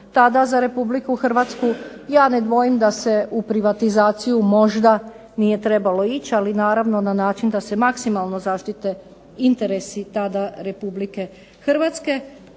tada za RH. Ja ne dvojim da se u privatizaciju možda nije trebalo ići, ali naravno na način da se maksimalno zaštite interesi tada RH pa se